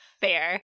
Fair